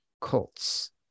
Colts